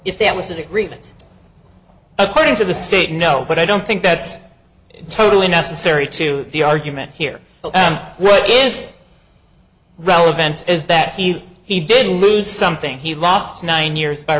if there was an agreement according to the state no but i don't think that's totally necessary to the argument here right yes relevant is that he he didn't lose something he lost nine years by